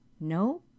No